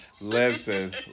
Listen